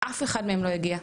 אף אחד מהם לא הגיע,